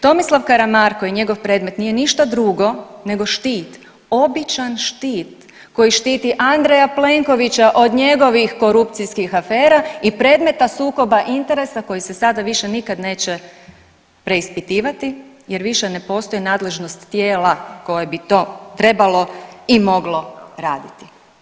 Tomislav Karamarko i njegov predmet nije ništa drugo nego štit, običan štit koji štiti Andreja Plenkovića od njegovih korupcijskih afera i predmeta sukoba interesa koji se sada više nikad neće preispitivati jer više ne postoji nadležnost tijela koje bi to trebalo i moglo raditi.